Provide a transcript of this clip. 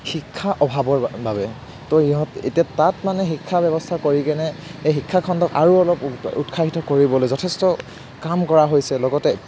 শিক্ষা অভাৱৰ বা বাবে তো ইহঁত এতিয়া তাত মানে শিক্ষা ব্য়ৱস্থা কৰি কিনে সেই শিক্ষা খণ্ডক আৰু অলপ উত উৎসাহিত কৰিবলৈ যথেষ্ট কাম কৰা হৈছে লগতে